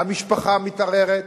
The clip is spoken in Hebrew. והמשפחה מתערערת,